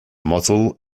model